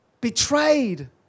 betrayed